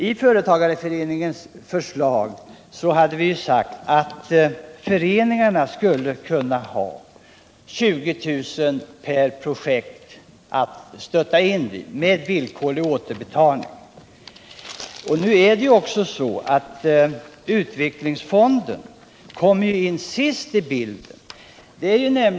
I företagarföreningens förslag hade vi sagt att föreningarna skulle kunna ha 20 000 kr. per projekt att stötta med, med villkorlig återbetalning. Nu kommer utvecklingsfonden in sist i bilden.